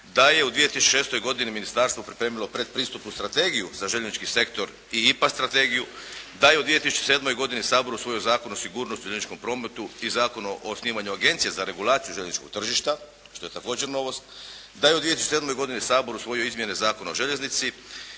da je u 2006. godini ministarstvo pripremilo predpristupnu strategiju za željeznički sektor i IPA sektor, da je u 2007. godini Sabor usvojio Zakon o sigurnosti u željezničkom prometi i Zakon o osnivanju agencije za regulaciju željezničkog tržišta što je također novost, da je u 2007. godini Sabor usvojio izmjene Zakona o željeznici